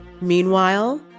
Meanwhile